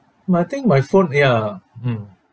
my I think my phone ya mm